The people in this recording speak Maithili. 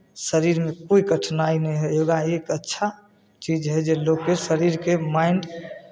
शरीरमे कोइ कठिनाइ नहि होइ हइ योगा एक अच्छा चीज हइ जे लोकके शरीरकेँ माइंड